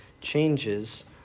changes